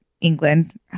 England